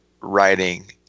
writing